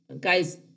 guys